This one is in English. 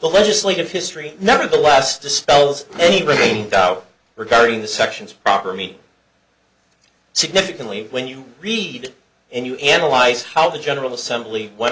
the legislative history nevertheless dispels anybody any doubt regarding the sections proper me significantly when you read it and you analyze how the general assembly went